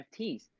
NFTs